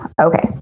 Okay